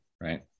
right